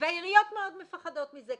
והעיריות מאוד מפחדות מזה.